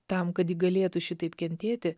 tam kad ji galėtų šitaip kentėti